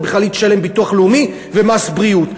היא תשלם ביטוח לאומי ומס בריאות.